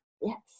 Yes